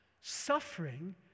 Suffering